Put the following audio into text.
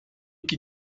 qui